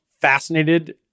fascinated